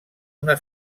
una